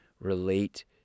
relate